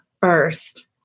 first